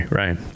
right